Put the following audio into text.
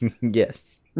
Yes